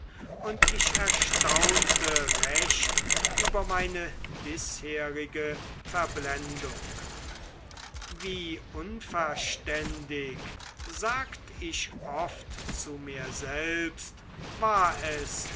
und ich erstaunte recht über meine bisherige verblendung wie unverständig sagt ich oft zu mir selbst war es